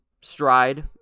stride